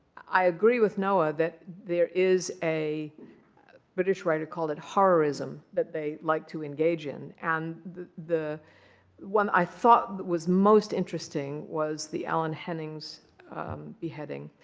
i agree with noah that there is a a british writer called it horrorism that they like to engage in. and the the one i thought was most interesting was the alan henning beheading.